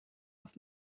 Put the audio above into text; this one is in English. off